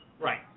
right